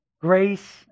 grace